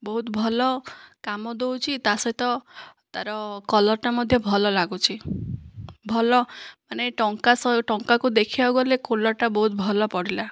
ବହୁତ ଭଲ କାମ ଦେଉଛି ତା ସହିତ ତାର କଲରଟା ମଧ୍ୟ ଭଲ ଲାଗୁଛି ଭଲ ମାନେ ଟଙ୍କା ଶହେ ଟଙ୍କାକୁ ଦେଖିବାକୁ ଗଲେ କୁଲରଟା ବହୁତ ଭଲ ପଡ଼ିଲା